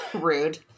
rude